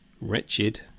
wretched